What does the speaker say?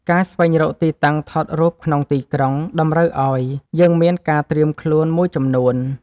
ការស្វែងរកទីតាំងថតរូបក្នុងទីក្រុង តម្រូវឲ្យយើងមានការត្រៀមខ្លួនមួយចំនួន។